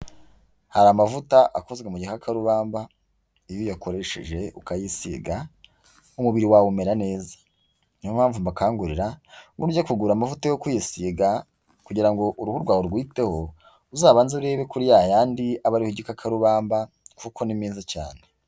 Hari amavuta akozwe mu gikakarubamba, iyo uyakoresheje ukayisiga umubiri wawe umera neza. Niyo mpamvu mbakangurira ngo nujya kugura amavuta yo kwisiga kugira ngo uruhu rwawe urwiteho, uzabanze urebe kuri yayandi aba ariho igikakarubamba kuko ni meza cyane.